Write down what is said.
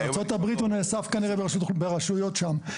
בארצות הברית הוא כנראה נאסף ברשויות שם.